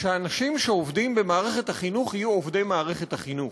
שהאנשים שעובדים במערכת החינוך יהיו עובדי מערכת החינוך,